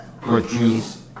produce